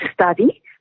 study